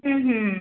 হুম হুম